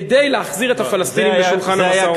כדי להחזיר את הפלסטינים לשולחן המשא-ומתן.